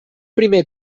primer